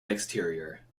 exterior